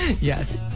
Yes